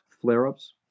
flare-ups